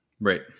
right